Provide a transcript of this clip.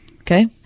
Okay